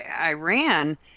Iran